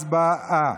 הצבעה.